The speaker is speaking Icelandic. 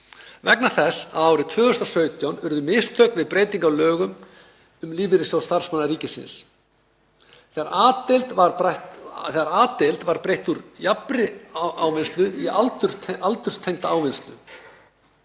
vegna þess að árið 2016 urðu mistök við breytingu á lögum um Lífeyrissjóð starfsmanna ríkisins. Þegar A-deild var breytt úr jafnri ávinnslu í aldurstengda ávinnslu